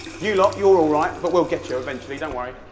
you lot, you're all right, but we'll get you eventually, don't worry.